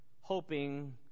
hoping